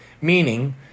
Meaning